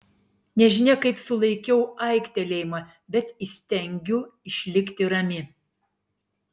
nežinia kaip sulaikau aiktelėjimą bet įstengiu išlikti rami